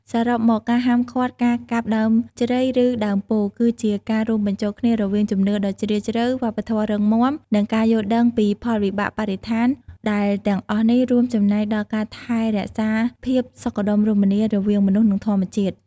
សរុបមក ការហាមឃាត់ការកាប់ដើមជ្រៃ ឬដើមពោធិ៍ គឺជាការរួមបញ្ចូលគ្នារវាងជំនឿដ៏ជ្រាលជ្រៅ វប្បធម៌រឹងមាំ និងការយល់ដឹងពីផលវិបាកបរិស្ថាន ដែលទាំងអស់នេះរួមចំណែកដល់ការថែរក្សាភាពសុខដុមរមនារវាងមនុស្ស និងធម្មជាតិ។